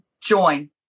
join